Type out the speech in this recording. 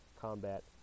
combat